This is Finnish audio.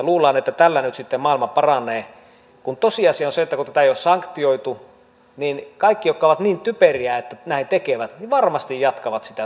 luullaan että tällä nyt sitten maailma paranee kun tosiasia on se että kun tätä ei ole sanktioitu niin kaikki jotka ovat niin typeriä että näin tekevät varmasti jatkavat sitä samaa toimintaa